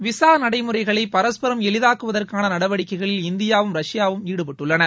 visa நடைமுறைகளை பரஸ்பரம் எளிதாக்குவதற்கான நடவடிக்கைகளில் இந்தியாவும் ரஷ்யாவும் ஈடுபட்டுள்ளன